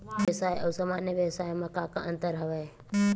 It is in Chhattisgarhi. ई व्यवसाय आऊ सामान्य व्यवसाय म का का अंतर हवय?